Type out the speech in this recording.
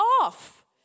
off